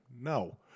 no